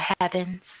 heavens